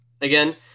Again